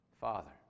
Father